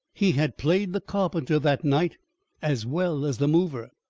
he had played the carpenter that night as well as the mover,